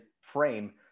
frame